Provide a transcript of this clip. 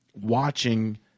watching